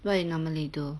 what you normally do